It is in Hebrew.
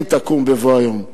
אם תקום בבוא היום.